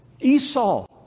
Esau